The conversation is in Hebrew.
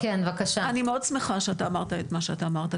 אני מאוד שמחה שאתה אמרת את מה שאתה אמרת,